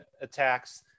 attacks